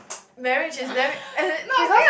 marriage is damn as in because